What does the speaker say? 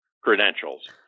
credentials